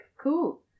Cool